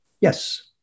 Yes